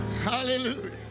Hallelujah